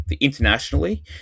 Internationally